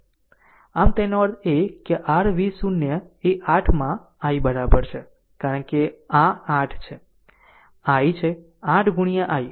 આમ તેનો અર્થ એ કે r v 0 એ 8 માં i બરાબર છે કારણ કે આ 8 છે આ i છે 8 ગુણ્યા i